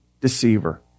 deceiver